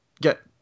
Get